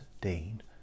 Dean